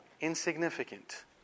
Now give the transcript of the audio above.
insignificant